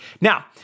Now